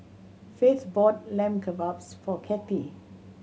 Faith bought Lamb Kebabs for Cathie